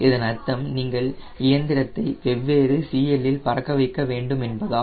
இதன் அர்த்தம் நீங்கள் இயந்திரத்தை வெவ்வேறு CL இல் பறக்க வைக்க வேண்டும் என்பதால்